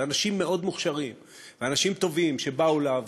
ואנשים מאוד מוכשרים ואנשים טובים שבאו לעבוד,